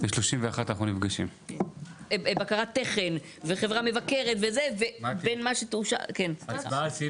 (הישיבה נפסקה בשעה 12:26 ונתחדשה בשעה